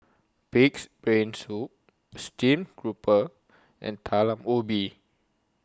Pig'S Brain Soup Steamed Grouper and Talam Ubi